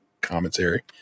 commentary